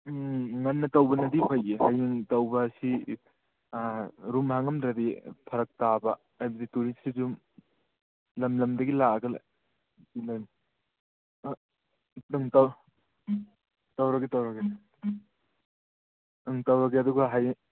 ꯎꯝ ꯉꯟꯅ ꯇꯧꯕꯅꯗꯤ ꯐꯩꯌꯦ ꯍꯌꯦꯡ ꯇꯧꯕ ꯍꯥꯏꯁꯤ ꯑꯥ ꯔꯨꯝ ꯍꯥꯡꯂꯝꯗ꯭ꯔꯗꯤ ꯐꯔꯛ ꯇꯥꯕ ꯍꯥꯏꯗꯤ ꯇꯨꯔꯤꯁꯁꯤ ꯁꯨꯝ ꯂꯝ ꯂꯝꯗꯒꯤ ꯂꯥꯛꯂꯒ ꯇꯧꯔꯒꯦ ꯇꯧꯔꯒꯦ ꯎꯝ ꯇꯧꯔꯒꯦ ꯑꯗꯨꯒ ꯍꯌꯦꯡ